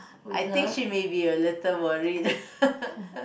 I think she may be a little worried